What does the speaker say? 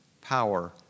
power